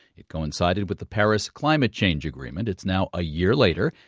it coincided with the paris climate change agreement. it's now a year later,